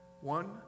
one